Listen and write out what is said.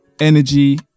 energy